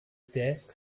desk